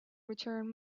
return